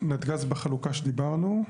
נתג"ז בחלוקה שדיברנו.